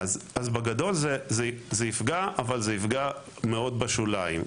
בגדול זה יפגע אבל זה יפגע מאוד בשוליים,